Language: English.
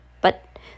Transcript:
But